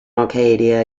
acadia